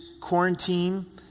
quarantine